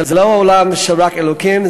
זה לא עולם רק של אלוקים,